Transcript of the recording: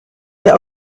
der